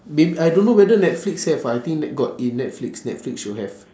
mayb~ I don't know whether netflix have ah I think net~ got in netflix netflix should have